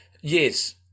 Yes